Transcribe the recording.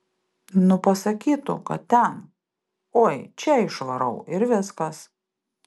nu pasakytų kad ten oi čia išvarau ir viskas